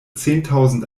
zehntausend